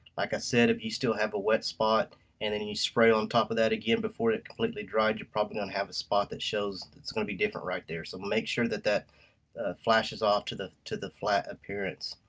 like i said, if you still have a wet spot and then you spray on top of that again before it completely dried, you're probably gonna have a spot that shows. it's gonna be different right there. so make sure that that flashes off to the to the flat appearance.